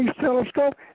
telescope